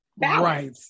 right